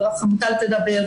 וחמוטל תדבר,